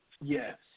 yes